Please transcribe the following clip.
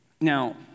Now